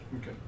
Okay